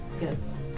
Yes